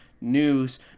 news